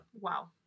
Wow